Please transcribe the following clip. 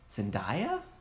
Zendaya